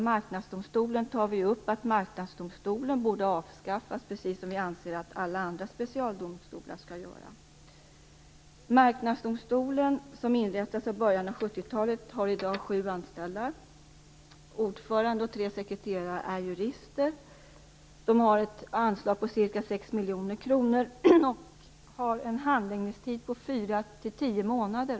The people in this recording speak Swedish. Marknadsdomstolen, tar vi upp att Marknadsdomstolen borde avskaffas, precis som alla andra specialdomstolar. Marknadsdomstolen, som inrättades i början av 70-talet, har i dag sju anställda. Ordföranden och tre sekreterare är jurister. Man har ett anslag på ca 6 miljoner kronor och har en handläggningstid på fyra till tio månader.